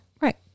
Right